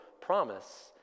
promise